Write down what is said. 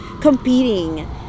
competing